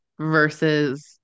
versus